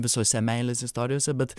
visose meilės istorijose bet